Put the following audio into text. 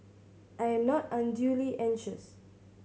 I am not unduly anxious